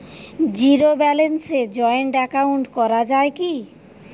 Zero ব্যালেন্সে joint account করা য়ায় কি?